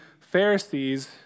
Pharisees